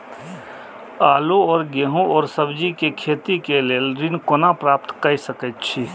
आलू और गेहूं और सब्जी के खेती के लेल ऋण कोना प्राप्त कय सकेत छी?